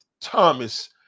Thomas